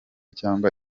cyangwa